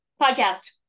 podcast